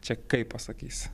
čia kaip pasakys